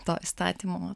to įstatymo